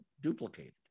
duplicated